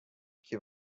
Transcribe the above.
que